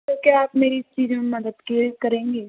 तो क्या आप मेरी इस चीज में मदद किए करेंगी